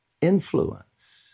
influence